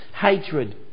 hatred